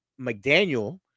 McDaniel